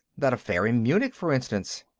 that affair in munich, for instance.